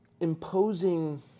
imposing